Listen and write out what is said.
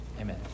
Amen